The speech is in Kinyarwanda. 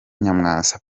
nyamwasa